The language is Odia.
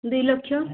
ଦୁଇ ଲକ୍ଷ